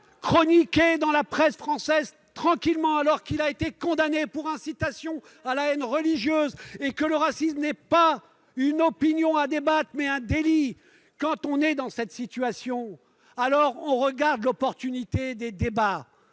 chroniquer dans la presse française tranquillement, alors qu'il a été condamné pour incitation à la haine religieuse et que le racisme est, non une opinion à débattre, mais un délit ; quand on est dans cette situation, on doit s'interroger sur l'opportunité des débats